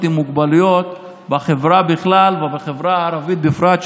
עם מוגבלויות בחברה בכלל ובחברה הערבית בפרט,